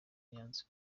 yanze